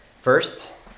First